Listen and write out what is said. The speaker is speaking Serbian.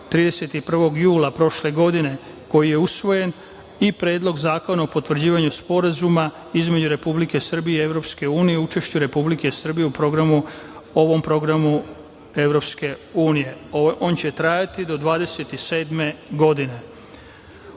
31. jula prošle godine, koji je usvojen, i Predlog zakona o potvrđivanju Sporazuma između Republike Srbije i EU o učešću Republike Srbije u ovom programu EU. On će trajati do 2027. godine. On